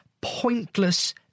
pointless